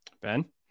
Ben